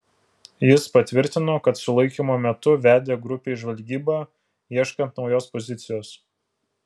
jis patvirtino kad sulaikymo metu vedė grupę į žvalgybą ieškant naujos pozicijos